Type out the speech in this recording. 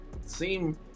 seem